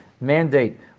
mandate